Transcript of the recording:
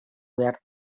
behar